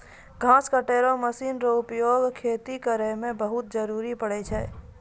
घास कटै रो मशीन रो उपयोग खेती करै मे बहुत जरुरी पड़ै छै